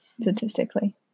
statistically